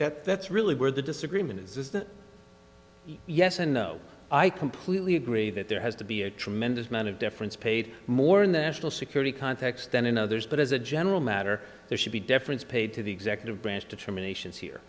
that that's really where the disagreement is that yes and no i completely agree that there has to be a tremendous amount of deference paid more in the national security context than in others but as a general matter there should be deference paid to the executive branch determinations here